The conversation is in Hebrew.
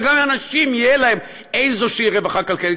וגם אם לאנשים תהיה איזו רווחה כלכלית,